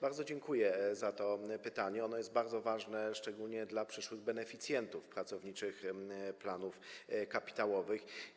Bardzo dziękuję za to pytanie, ono jest bardzo ważne, szczególnie dla przyszłych beneficjentów pracowniczych planów kapitałowych.